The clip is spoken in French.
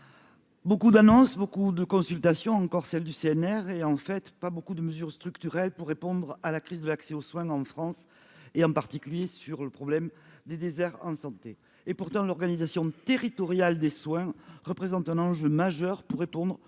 Beaucoup d'annonces beaucoup de consultations encore celle du CNR et en fait pas beaucoup de mesures structurelles pour répondre à la crise de l'accès aux soins en France et en particulier sur le problème des déserts en santé et pourtant l'organisation territoriale des soins représente un enjeu majeur pour répondre aux besoins